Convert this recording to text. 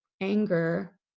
anger